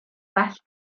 well